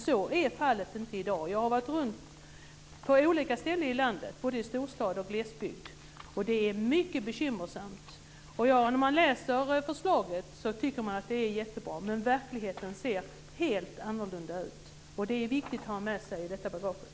Så är inte fallet i dag. Jag har varit runt på olika ställen i landet, både i storstad och i glesbygd, och det är mycket bekymmersamt. När man läser förslaget tycker man att det är jättebra, men verkligheten ser helt annorlunda ut. Det är viktigt att ha med sig detta i bagaget.